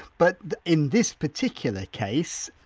but in this particular case,